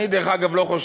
אני, דרך אגב, לא חושב